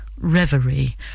Reverie